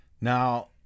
Now